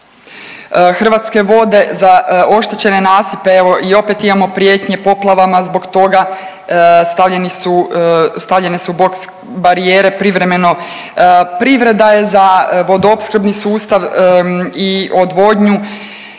Hrvatske vode za oštećene nasipe evo i opet imamo prijetnje poplavama zbog toga, stavljene su boks barijere privremeno. Privreda je za vodoopskrbni sustav i odvodnju